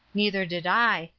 neither did i,